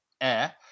air